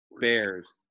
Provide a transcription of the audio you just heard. Bears